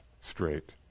straight